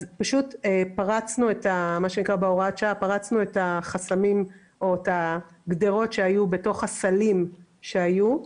אז פשוט פרצנו בהוראת שעה את החסמים או את הגדרות שהיו בסלים שהיו,